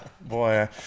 Boy